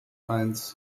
eins